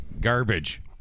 Garbage